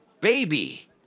baby